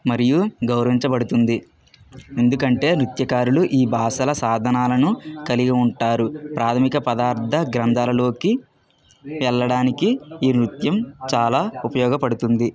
మరియు గౌరవించబడుతుంది ఎందుకంటే నృత్యకారులు ఈ భాషల సాధనాలను కలిగి ఉంటారు ప్రాథమిక పదార్థ గ్రంథాలలోకి వెళ్ళడానికి ఈ నృత్యం చాలా ఉపయోగపడుతుంది